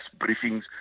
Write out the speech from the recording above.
briefings